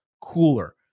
cooler